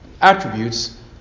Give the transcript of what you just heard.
attributes